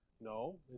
No